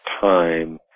time